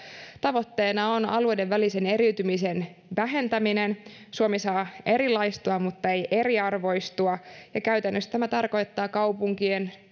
tavoitteena on alueiden välisen eriytymisen vähentäminen suomi saa erilaistua mutta ei eriarvoistua käytännössä tämä tarkoittaa kaupunkien